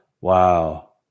Wow